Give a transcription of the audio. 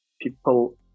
people